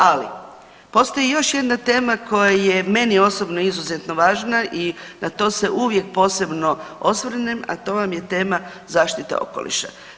Ali, postoji još jedna tema koja je meni osobno izuzetno važna i na to se uvijek posebno osvrnem, a to vam je tema zaštite okoliša.